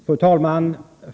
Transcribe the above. Fru talman!